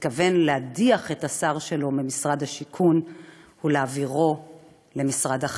מתכוון להדיח את השר שלו ממשרד השיכון ולהעבירו למשרד אחר.